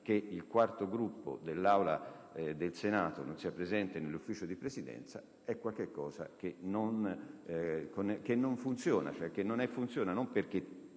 che il quarto Gruppo dell'Aula del Senato non sia presente in Consiglio di Presidenza è qualcosa che non va bene, perché